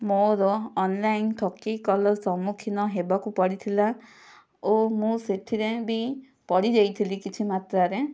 ମୋର ଅନଲାଇନ ଠକି ସମ୍ମୁଖୀନ ହେବାକୁ ପଡ଼ିଥିଲା ଓ ମୁଁ ସେଥିରେ ବି ପଡ଼ିଯାଇଥିଲି କିଛି ମାତ୍ରାରେ